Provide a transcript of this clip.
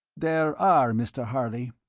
there are, mr. harley,